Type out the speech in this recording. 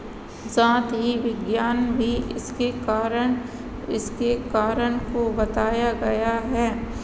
साथ ही विज्ञान भी इसके कारण इसके कारण को बताया गया है